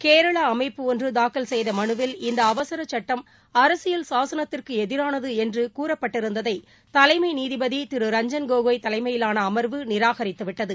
கேரளா அமைப்பு ஒன்று தாக்கல் செய்த மனுவில் இந்த அவசர சுட்டம் அரசியல் சாசனத்திற்கு எதிரானது என்று கூறப்பட்டிருந்ததை தலைமை நீதிபதி திரு ரஞ்சன் கோகோய் தலைமையிலான அமர்வு நிராகரித்து விட்டது